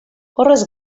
horrez